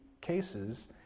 cases